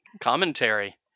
Commentary